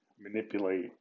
manipulate